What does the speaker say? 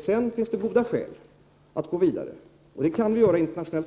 Sedan finns det goda skäl att gå vidare även internationellt.